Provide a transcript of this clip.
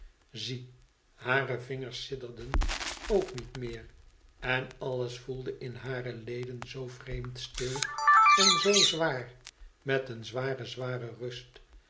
zie hare vingers sidderden ook niet meer en alles voelde in hare leden zoo vreemd stil en zoo zwaar met een zware zware rust